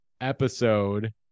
episode